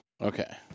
Okay